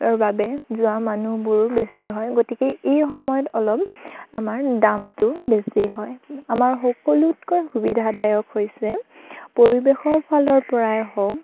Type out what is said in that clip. বাবে যোৱা মানুহবোৰ বেছি হয় গতিকে এই সময়ত অলপ আমাৰ দামটো বেছি হয় আমাৰ সকলোতকৈ সুবিধাদায়ক হৈছে পৰিৱেশৰ ফালৰ পৰাই হওক